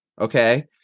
Okay